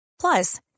Plus